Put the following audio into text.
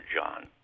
John